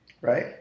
Right